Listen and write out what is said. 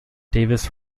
davis